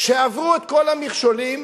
שעברו את כל המכשולים